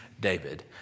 David